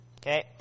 Okay